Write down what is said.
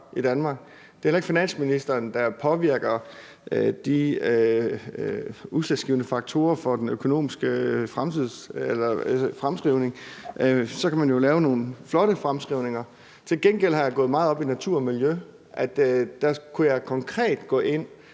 Det er heller ikke finansministeren, der påvirker de udslagsgivende faktorer for den økonomiske fremskrivning. Så kan man jo lave nogle flotte fremskrivninger. Til gengæld er jeg gået meget op i natur og miljø – der kunne jeg konkret gå ind